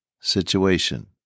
situation